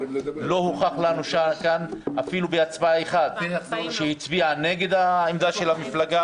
לא הוכח שהייתה כאן אפילו הצבעה אחת שהיא הצביעה נגד העמדה של המפלגה.